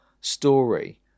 story